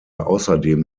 außerdem